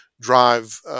drive